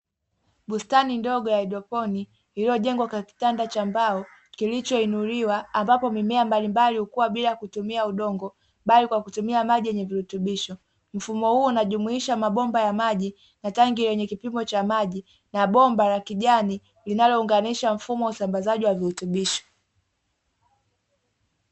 Bustani ndogo ya haidroponi iliyojengwa kwa kichanja cha mbao kilichoinuliwa ambapo mimea mbalimbali hukua bila kutumia udongo bali kwa kutumia maji yenye virutubisho; mfumo huu unajumuisha mabomba ya maji na tanki lenye kipimo cha maji na bomba la kijani linalounganisha mfumo wa usambazaji wa virutubisho.